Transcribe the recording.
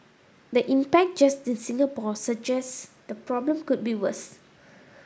the impact just in Singapore suggests the problem could be worse